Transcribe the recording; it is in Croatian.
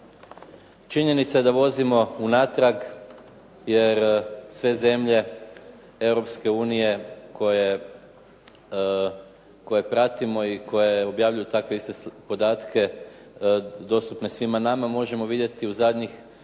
Činjenica je da vozimo unatrag jer sve zemlje Europske unije koje pratimo i koje objavljuju takve iste podatke dostupne svima nama možemo vidjeti u zadnjih